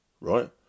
right